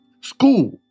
school